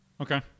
okay